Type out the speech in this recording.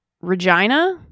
Regina